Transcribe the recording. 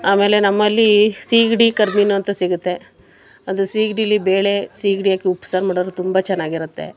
ಆಮೇಲೆ ನಮ್ಮಲ್ಲಿ ಸೀಗಡಿ ಕರಿ ಮೀನು ಅಂತ ಸಿಗುತ್ತೆ ಅಂದರೆ ಸೀಗಡಿಲಿ ಬೇಳೆ ಸೀಗಡಿ ಹಾಕಿ ಉಪ್ಪು ಸಾರು ಮಾಡಿದ್ರೆ ತುಂಬ ಚೆನ್ನಾಗಿರುತ್ತೆ